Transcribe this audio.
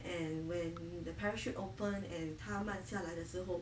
and when the parachute open and 他慢下来的时候